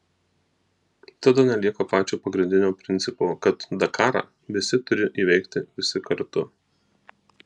tada nelieka pačio pagrindinio principo kad dakarą visi turi įveikti visi kartu